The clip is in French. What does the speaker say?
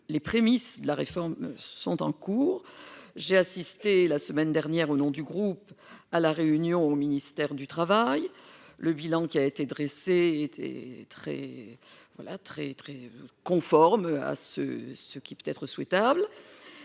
les prémices de la réforme sont en cours, j'ai assisté la semaine dernière au nom du groupe à la réunion au ministère du Travail, le bilan qui a été dressé était très voilà très très à ce ce qui peut être souhaitable